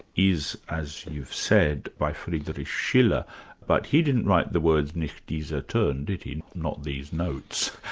is as you've said by friedrich schiller but he didn't write the words nicht diese ah tone, did he not these notes.